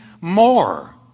more